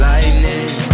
Lightning